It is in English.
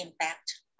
impact